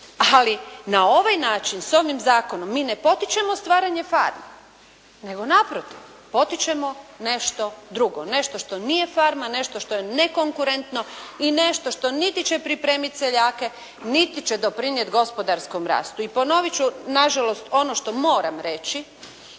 ali na ovaj način sa ovim zakonom mi ne potičemo stvaranje farme, nego naprotiv potičemo nešto drugo. Nešto što nije farma, nešto što je nekonkurentno i nešto što niti će pripremiti seljake niti će doprinijeti gospodarskom rastu. I ponoviti ću nažalost ono što moram reći